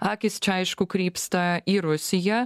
akys čia aišku krypsta į rusiją